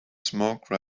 smoke